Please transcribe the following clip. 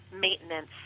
maintenance